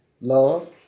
Love